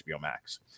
Max